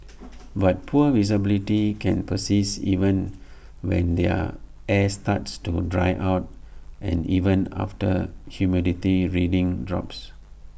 but poor visibility can persist even when their air starts to dry out and even after humidity readings drops